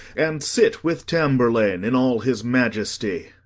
and sit with tamburlaine in all his majesty.